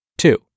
Two